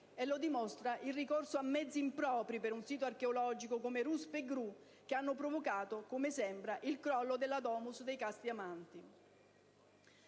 e lo dimostra il ricorso a mezzi impropri per un sito archeologico, come ruspe e gru, che hanno provocato, come sembra, il crollo della «*Domus* dei Casti Amanti».